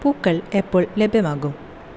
പൂക്കൾ എപ്പോൾ ലഭ്യമാകും